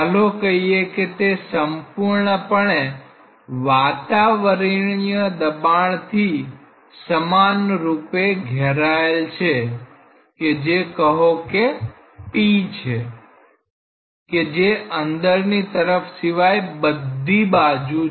ચાલો કહીએ કે તે સંપૂર્ણપણે વાતાવરણીય દબાણ થી સમાનરૂપે ઘેરાયેલ છે કે જે કહો કે p છે કે જે અંદરની તરફ સિવાય બધી બાજુ છે